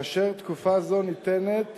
ותקופה זו ניתנת